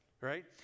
right